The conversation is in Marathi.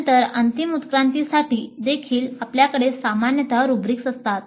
नंतर अंतिम उत्क्रांतीसाठी देखील आपल्याकडे सामान्यतः रुब्रिक्स असतात